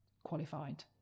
qualified